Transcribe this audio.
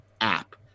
app